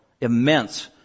immense